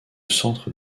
centre